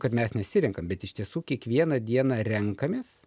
kad mes nesirenkam bet iš tiesų kiekvieną dieną renkamės